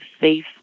safe